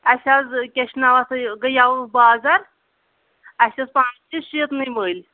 اَسہِ حظ کیاہ چھ ناو اتھ یہِ گٔے یوِ بازر اَسہِ ہیٚژ پانس کِژھٚ شیٖتنٕے مٔلۍ